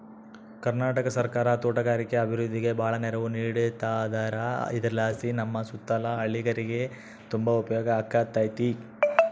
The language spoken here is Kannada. ಕರ್ನಾಟಕ ಸರ್ಕಾರ ತೋಟಗಾರಿಕೆ ಅಭಿವೃದ್ಧಿಗೆ ಬಾಳ ನೆರವು ನೀಡತದಾರ ಇದರಲಾಸಿ ನಮ್ಮ ಸುತ್ತಲ ಹಳ್ಳೇರಿಗೆ ತುಂಬಾ ಉಪಯೋಗ ಆಗಕತ್ತತೆ